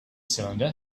cylinder